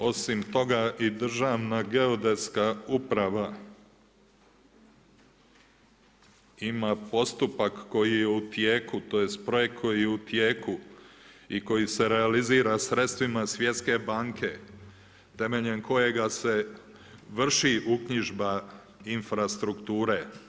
Osim, toga i Državna geodetska uprava ima postupak koji je u tijek, tj. projekt koji je u tijeku i koji se realizira sredstvima Svjetske banke, temeljem kojega se vrši uknjižba infrastrukture.